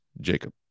Jacob